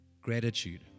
Gratitude